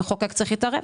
המחוקק צריך להתערב.